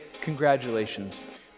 congratulations